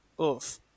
Oof